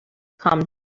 calmed